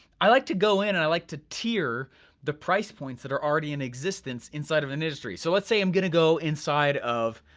i like to go in and i like to tier the price points that are already in existence inside of an industry. so lets say i'm gonna go inside of,